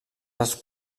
els